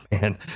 man